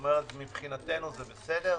כלומר מבחינתנו זה בסדר?